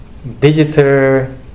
digital